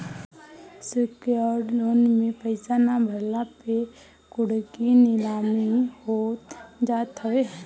secured loan में पईसा ना भरला पे कुड़की नीलामी हो जात हवे